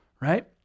right